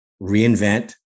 reinvent